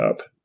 up